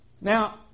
Now